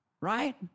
Right